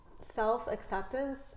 self-acceptance